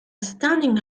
standing